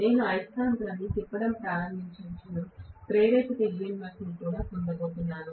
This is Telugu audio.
నేను అయస్కాంతాన్ని తిప్పడం ప్రారంభించిన క్షణం ప్రేరేపిత EMF ను పొందబోతున్నాను